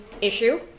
issue